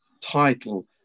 title